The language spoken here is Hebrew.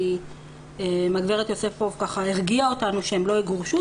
כי הגברת יוספוף הרגיעה אותנו שהן לא יגורשו.